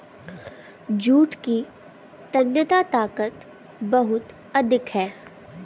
jute की तन्यता ताकत बहुत अधिक है